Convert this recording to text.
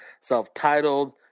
Self-Titled